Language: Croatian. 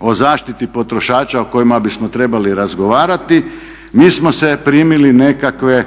o zaštiti potrošača o kojima bismo trebali razgovarati, mi smo se primili nekakve